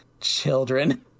children